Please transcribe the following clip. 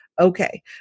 Okay